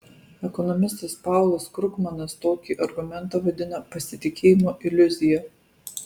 ekonomistas paulas krugmanas tokį argumentą vadina pasitikėjimo iliuzija